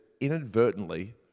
inadvertently